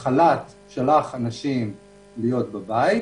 החל"ת שלח אנשים להיות בבית.